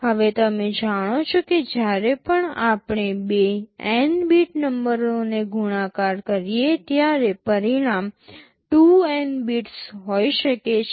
હવે તમે જાણો છો કે જ્યારે પણ આપણે બે n બીટ નંબરોને ગુણાકાર કરીએ ત્યારે પરિણામ 2n બિટ્સ હોઈ શકે છે